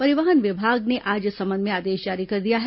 परिवहन विभाग ने आज इस संबंध में आदेश जारी कर दिया है